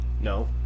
No